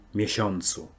miesiącu